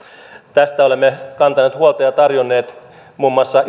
tästä olemme kantaneet huolta ja tarjonneet muun muassa